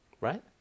right